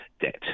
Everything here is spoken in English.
debt